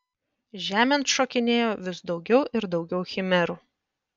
žemėn šokinėjo vis daugiau ir daugiau chimerų